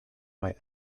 why